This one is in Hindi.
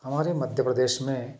हमारे मध्य प्रदेश में